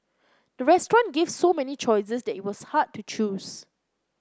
the restaurant gave so many choices that it was hard to choose